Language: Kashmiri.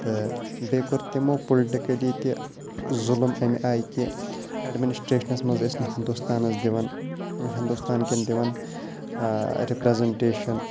تہٕ بیٚیہِ کوٚر تِمو پُلٹِکٔلی تہِ ظُلُم امہِ آیہِ کہِ ایڈمِنِسٹریشنَس منٛز ٲسۍ نہٕ ہِندوستانَس دِوان ہِندوستان کیٚن دِوان رِپریزنٹیشن